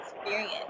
experience